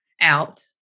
out